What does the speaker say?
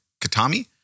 Katami